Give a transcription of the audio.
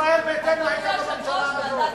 ישראל ביתנו היתה בממשלה הזאת.